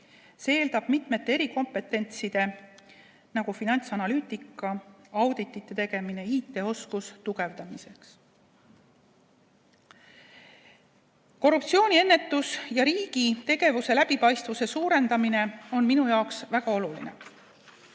See eeldab mitmete erikompetentside, näiteks finantsanalüütika, auditite tegemise ja IT-oskuste tugevdamist. Korruptsiooniennetus ja riigi tegevuse läbipaistvuse suurendamine on minu jaoks väga olulised.